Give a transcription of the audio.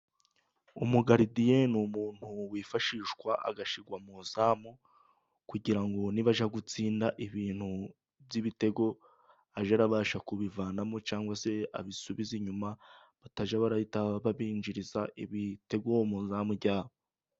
Umugaridiye, ni umuntu wifashishwa agashyirwa mu izamu, kugira ngo nibajya gutsinda ibintu by'ibitego, ajye abasha kubivanamo cyangwa se abisubize inyuma, batajya bahita babinjiriza ibitego mu izamu ryabo.